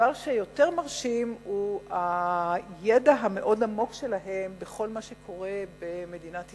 הדבר היותר מרשים הוא הידע המאוד עמוק שלהם בכל מה שקורה במדינת ישראל,